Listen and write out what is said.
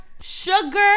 sugar